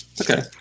Okay